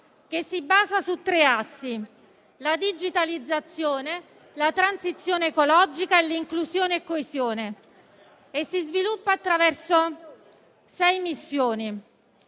che si basa su tre assi: la digitalizzazione, la transizione ecologica e l'inclusione e la coesione. Esso si sviluppa attraverso sei missioni.